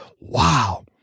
wow